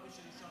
לא אנשי ליכוד.